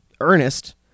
Ernest